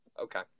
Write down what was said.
Okay